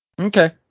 Okay